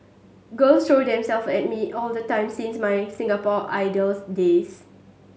girls throw themselves at me all the time since my Singapore Idols days